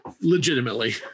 Legitimately